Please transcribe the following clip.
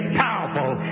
powerful